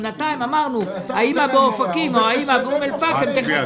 בינתיים אמרנו: האימא באופקים או האימא באום אל-פחם תחכה.